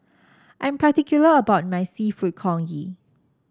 I'm particular about my seafood Congee